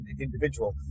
individual